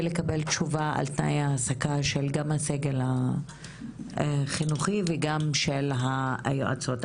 לקבל תשובה שנוגע לתנאי ההעסקה של גם הסגל החינוכי וגם של היועצות.